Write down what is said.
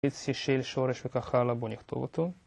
חצי של שורש וכך הלאה בואו נכתוב אותו